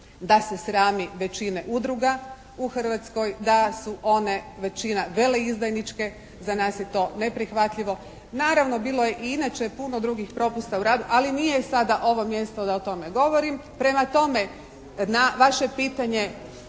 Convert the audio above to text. da se srami većine udruga u Hrvatskoj. Da su one većina veleizdajničke. Za nas je to neprihvatljivo. Naravno bilo je i inače puno drugih propusta u radu, ali nije sada ovo mjesto da o tome govorim. Prema tome na vaše pitanje